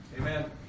Amen